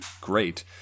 great